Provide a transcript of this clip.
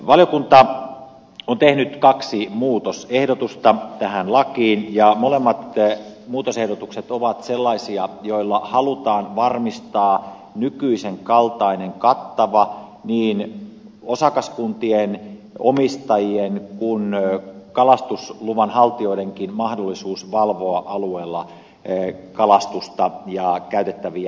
valiokunta on tehnyt kaksi muutosehdotusta tähän lakiin ja molemmat muutosehdotukset ovat sellaisia joilla halutaan varmistaa nykyisen kaltainen kattava niin osakaskuntien omistajien kuin kalastusluvan haltijoidenkin mahdollisuus valvoa alueella kalastusta ja käytettäviä pyydyksiä